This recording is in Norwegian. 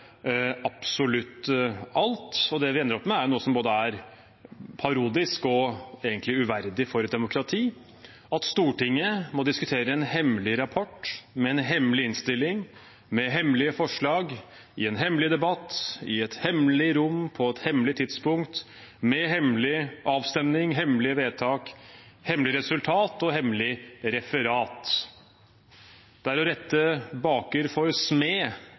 absolutt alt. Og det vi ender opp med, er noe som er både parodisk og egentlig uverdig for et demokrati; at Stortinget må diskutere en hemmelig rapport med en hemmelig innstilling, med hemmelige forslag, i en hemmelig debatt, i et hemmelig rom på et hemmelig tidspunkt, med hemmelig avstemning, hemmelige vedtak, hemmelig resultat og hemmelig referat. Det er å rette baker for